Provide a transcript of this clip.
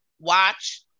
Watch